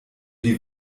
die